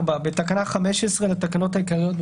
4.תיקון תקנה 14 בתקנה 15 לתקנות העיקריות,